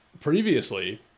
Previously